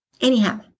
Anyhow